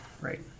Right